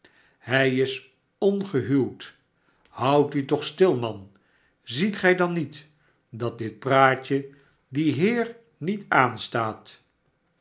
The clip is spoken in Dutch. ihij is ongehuwd houd u toch stil man ziet gij dan niet dat dit praatje dien heer niet aanstaat